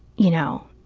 you know,